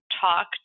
talk